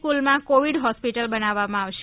school માં covid hospital બનાવવામાં આવશે